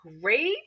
great